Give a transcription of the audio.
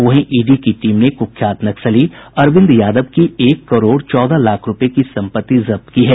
वहीं ईडी की टीम ने कुख्यात नक्सली अरविंद यादव की एक करोड़ चौदह लाख रुपये की संपत्ति जब्त की है